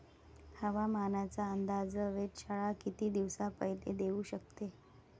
हवामानाचा अंदाज वेधशाळा किती दिवसा पयले देऊ शकते?